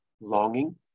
longing